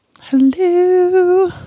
Hello